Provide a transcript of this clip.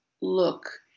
look